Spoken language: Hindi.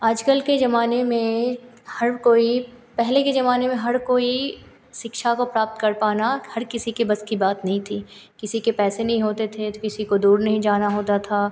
आज कल के ज़माने में हर कोई पहले के ज़माने में हर कोई शिक्षा को प्राप्त कर पाना हर किसी के बस की बात नहीं थी किसी के पैसे नहीं होते थे तो किसी को दूर नहीं जाना होता था